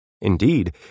Indeed